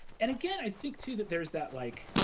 and, again, i think, too, that there's that like,